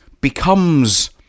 becomes